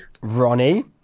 Ronnie